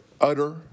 utter